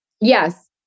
Yes